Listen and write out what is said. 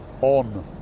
on